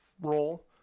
role